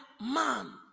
man